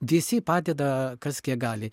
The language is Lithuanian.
visi padeda kas kiek gali